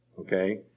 okay